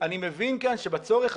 אם אני מבין נכון.